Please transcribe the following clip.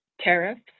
tariffs